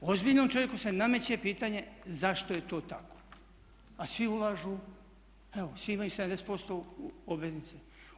Ozbiljnom čovjeku se nameće pitanje zašto je to tako, a svi ulažu, evo svi imaju 70% obveznice.